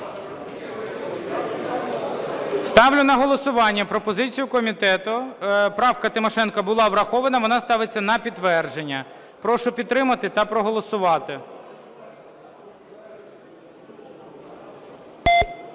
Ставлю на голосування пропозицію комітету. Правка Тимошенко була врахована, вона ставиться на підтвердження. Прошу підтримати та проголосувати.